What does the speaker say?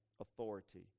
authority